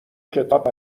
کتاب